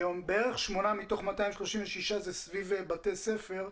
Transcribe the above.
בערך שמונה מתוך 236 זה סביב בתי ספר.